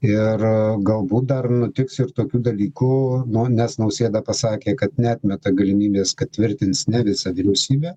ir galbūt dar nutiks ir tokių dalykų nu nes nausėda pasakė kad neatmeta galimybės kad tvirtins ne visą vyriausybę